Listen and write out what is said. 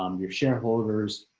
um your shareholders,